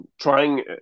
trying